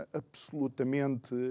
absolutamente